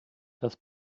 das